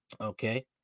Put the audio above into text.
okay